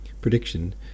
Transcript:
Prediction